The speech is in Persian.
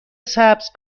سبز